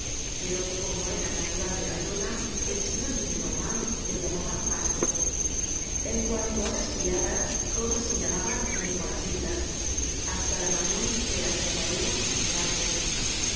pero como era natural de bayona el señor gillcnormand le llamaba vasco en cuanto á las criadas todas se llamaban nicolasitas hasta la magnon de que hablaremos mas adelante content from google book search generated at un dia